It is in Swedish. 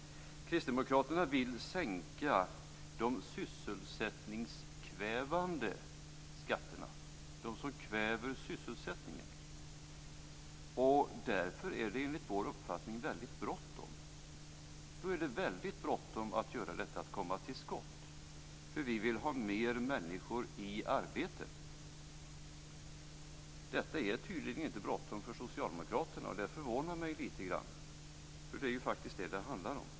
Kristdemokraterna vill sänka de sysselsättningskvävande skatterna. Det är därför enligt vår uppfattning väldigt bråttom att komma till skott. Vi vill ha fler människor i arbete. Detta är tydligen inte bråttom för socialdemokraterna. Det förvånar mig lite grann, för det är faktiskt det som det handlar om.